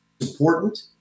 important